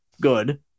good